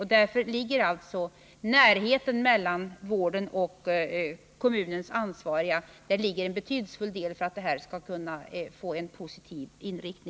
Di för är det betydelsefullt att åstadkomma större närhet mellan kommunens ansvariga och fosterföräldrarna.